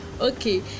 Okay